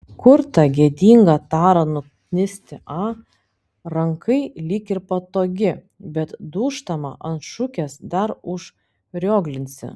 kur tą gėdingą tarą nuknisti a rankai lyg ir patogi bet dūžtama ant šukės dar užrioglinsi